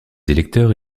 électeurs